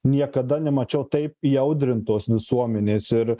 niekada nemačiau taip įaudrintos visuomenės ir